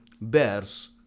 bears